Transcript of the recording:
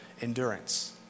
endurance